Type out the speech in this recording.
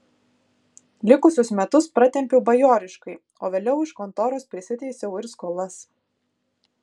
likusius metus pratempiau bajoriškai o vėliau iš kontoros prisiteisiau ir skolas